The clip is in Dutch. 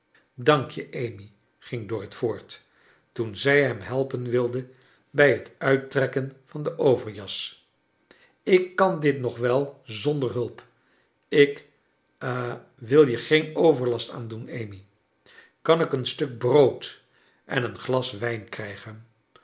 dank je amy ging dorrit voort toen zij hem helpen wilde bij het uittrekken van de overjas ik kan dit nog wel zonder hulp ik ha wil je geen overlast aa ndoen amy kan ik een stuk brood en een glas wijn krijgen